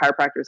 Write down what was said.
chiropractors